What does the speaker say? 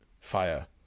fire